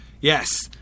Yes